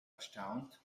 erstaunt